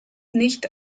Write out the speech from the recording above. nicht